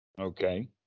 Okay